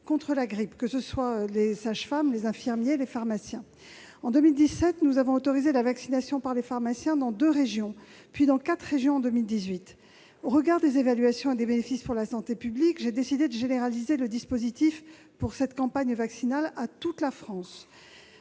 contre la grippe, que ce soit les sages-femmes, les infirmiers ou les pharmaciens. Nous avons autorisé la vaccination par les pharmaciens dans deux régions en 2017, puis dans quatre régions en 2018. Au regard des résultats des évaluations et des bénéfices pour la santé publique, j'ai décidé de généraliser à toute la France le dispositif pour cette campagne vaccinale. S'agissant